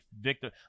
Victor